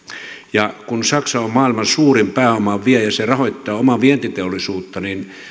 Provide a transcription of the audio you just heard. ja kun saksa on maailman suurin pääoman viejä se rahoittaa omaa vientiteollisuuttaan niin